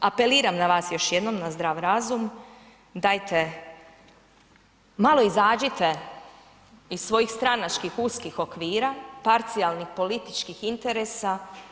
Apeliram na vas još jednom, na zdrav razum, dajte malo izađite iz svojih stranačkih, uskih okvira, parcijalnih političkih interesa.